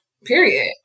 Period